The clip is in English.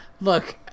Look